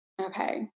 Okay